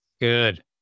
good